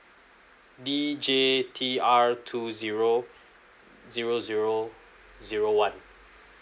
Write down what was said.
D J T R two zero zero zero zero one